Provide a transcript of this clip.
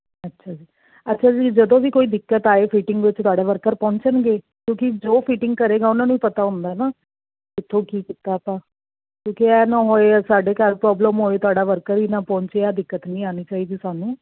ਅੱਛਾ ਜੀ ਅੱਛਾ ਜੀ ਜਦੋਂ ਵੀ ਕੋਈ ਦਿੱਕਤ ਆਏ ਫਿਟਿੰਗ ਵਿੱਚ ਤੁਹਾਡੇ ਵਰਕਰ ਪਹੁੰਚਣਗੇ ਕਿਉਂਕਿ ਜੋ ਫਿਟਿੰਗ ਕਰੇਗਾ ਉਹਨਾਂ ਨੂੰ ਪਤਾ ਹੁੰਦਾ ਨਾ ਇੱਥੋਂ ਕੀ ਕੀਤਾ ਆਪਾਂ ਕਿਉਂਕਿ ਇਹ ਨਾ ਹੋਏ ਆ ਸਾਡੇ ਘਰ ਪ੍ਰੋਬਲਮ ਹੋਏ ਤੁਹਾਡਾ ਵਰਕਰ ਹੀ ਨਾ ਪਹੁੰਚੇ ਆਹ ਦਿੱਕਤ ਨਹੀਂ ਆਉਣੀ ਚਾਹੀਦੀ ਸਾਨੂੰ